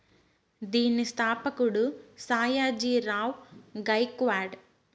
దీని స్థాపకుడు సాయాజీ రావ్ గైక్వాడ్